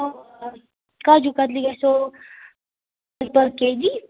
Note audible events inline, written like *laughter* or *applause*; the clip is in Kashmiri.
کاجو کتلی گَژھو *unintelligible* کے جی